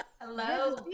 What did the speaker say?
Hello